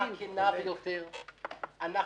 הכנה ביותר,